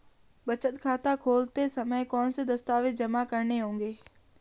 बचत खाता खोलते समय कौनसे दस्तावेज़ जमा करने होंगे?